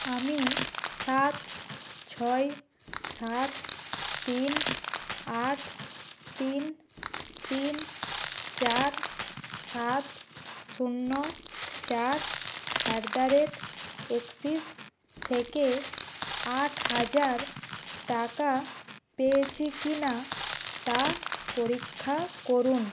আমি সাত ছয় সাত তিন আট তিন তিন চার সাত শূন্য চার অ্যাট দ্য রেট এক্সিস থেকে আট হাজার টাকা পেয়েছি কি না তা পরীক্ষা করুন